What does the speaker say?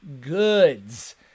goods